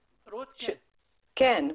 כן.